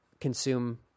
consume